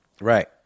Right